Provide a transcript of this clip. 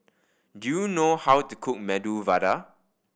do you know how to cook Medu Vada